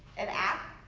an app?